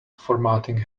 formatting